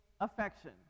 affection